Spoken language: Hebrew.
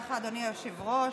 היושב-ראש.